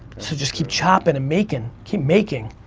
so just keep chopping and making, keep making,